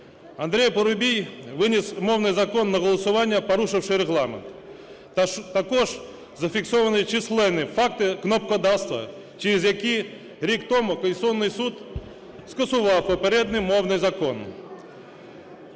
Андрій Парубій виніс мовний закон на голосування, порушивши Регламент. Також зафіксовані численні факти "кнопкодавства", через які рік тому Конституційний Суд скасував попередній мовний закон.